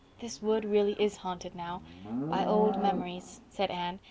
this wood really is haunted now by old memories, said anne,